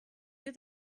you